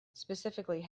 specifically